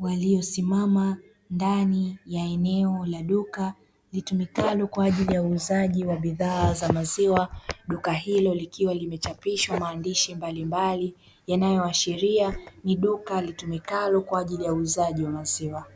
waliyosimama ndani ya eneo la duka litumikalo kwa ajili ya uuzaji wa bidhaa za maziwa, duka hilo likiwa limechapishwa maandishi mbalimbali yanayoashiria ni duka litumikalo kwa ajili ya uuzaji wa maziwa.